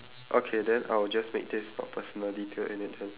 okay then I will just make this not personal detail in it then